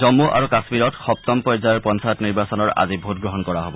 জন্মু আৰু কাশ্মীৰত সপ্তম পৰ্যায়ৰ পঞ্চায়ত নিৰ্বাচনৰ আজি ভোটগ্ৰহণ কৰা হব